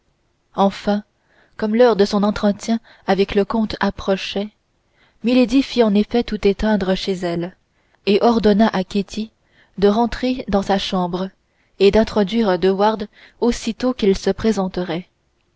enfin comme l'heure de son entretien avec le comte approchait milady fit en effet tout éteindre chez elle et ordonna à ketty de rentrer dans sa chambre et d'introduire de wardes aussitôt qu'il se présenterait